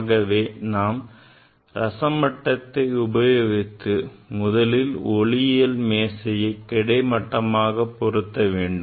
ஆகவே நாம் ரசமட்டத்தை உபயோகித்து முதலில் ஒளியில் மேசையை கிடைமட்டமாக பொருத்த வேண்டும்